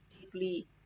deeply